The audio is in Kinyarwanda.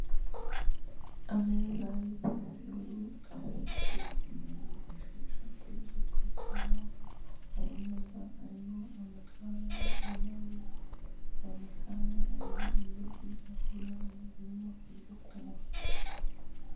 Ameza y'ikizeru afite intebe esheshatu zo kwicaraho, ayo meza arimo amasahani, ibirahuri, ayo masahani ariho ibyokurya, ibirahuri birimo ibyo kunywa.